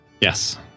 yes